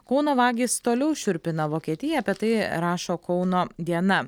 kauno vagys toliau šiurpina vokietiją apie tai rašo kauno diena